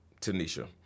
Tanisha